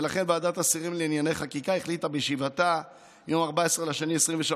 ולכן ועדת השרים לענייני חקיקה החליטה בישיבתה מיום 14 בפברואר 2023